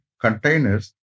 containers